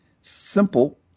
Simple